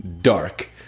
dark